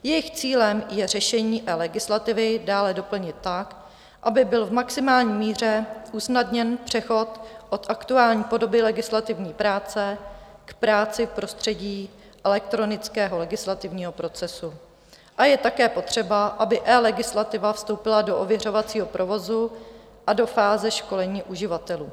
Jejich cílem je řešení eLegislativy dále doplnit tak, aby byl v maximální míře usnadněn přechod od aktuální podoby legislativní práce k práci v prostředí elektronického legislativního procesu, a je také potřeba, aby eLegislativa vstoupila do ověřovacího provozu a do fáze školení uživatelů.